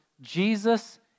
Jesus